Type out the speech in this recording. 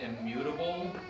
immutable